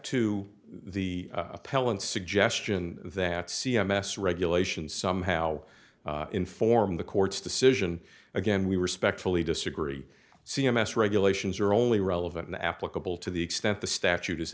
to the appellant suggestion that c m s regulations somehow inform the court's decision again we respectfully disagree c m s regulations are only relevant to applicable to the extent the statute